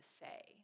say